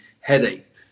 headache